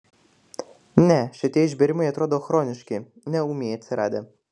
ne šitie išbėrimai atrodo chroniški ne ūmiai atsiradę